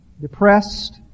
depressed